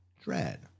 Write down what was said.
Dread